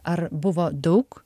ar buvo daug